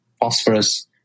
phosphorus